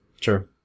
Sure